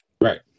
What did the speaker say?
right